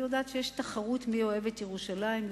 אני יודעת שיש תחרות מי אוהב את ירושלים יותר.